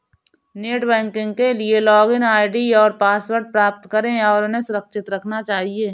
net banking के लिए login ID और पासवर्ड प्राप्त करें और उन्हें सुरक्षित रखना चहिये